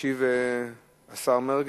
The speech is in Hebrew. ישיב השר מרגי.